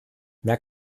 mehr